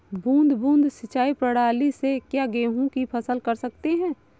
बूंद बूंद सिंचाई प्रणाली से क्या गेहूँ की फसल कर सकते हैं?